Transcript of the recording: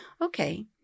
Okay